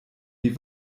die